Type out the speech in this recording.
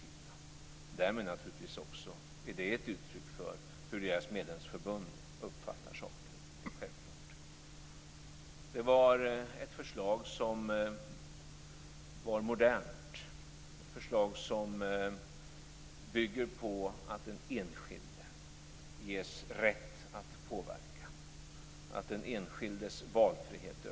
Därmed är det naturligtvis också ett uttryck för hur deras medlemsförbund uppfattar saken. Självklart. Det var ett förslag som var modernt, ett förslag som bygger på att den enskilde ges rätt att påverka, att den enskildes valfrihet ökar.